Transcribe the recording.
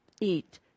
eat